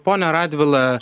pone radvila